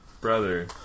Brother